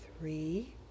three